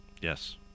Yes